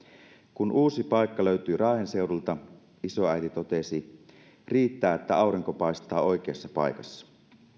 kun uusi paikka löytyi raahen seudulta isoäiti totesi riittää että aurinko paistaa oikeassa paikassa